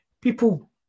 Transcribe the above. people